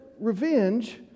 revenge